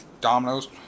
dominoes